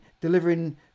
delivering